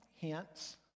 hence